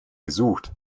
gesucht